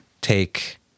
take